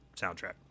soundtrack